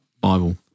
Bible